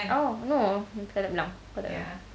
oh no tak